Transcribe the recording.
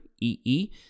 E-E